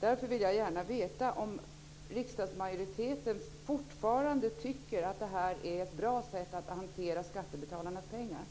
Därför vill jag gärna veta om riksdagsmajoriteten fortfarande tycker att det här är ett bra sätt att hantera skattebetalarnas pengar på.